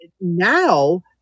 now